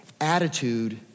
attitude